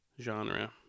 Genre